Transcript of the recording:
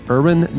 Urban